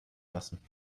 lassen